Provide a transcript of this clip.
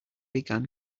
began